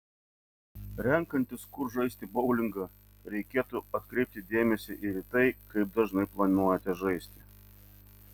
renkantis kur žaisti boulingą reikėtų atkreipti dėmesį ir į tai kaip dažnai planuojate žaisti